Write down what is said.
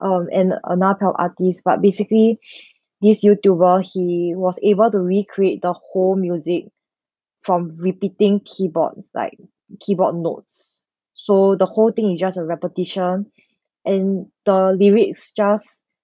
um and a knockout artist but basically this youtuber he was able to recreate the whole music from repeating keyboards like keyboard notes so the whole thing is just a repetition and the lyrics is just